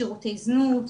שירותי זנות,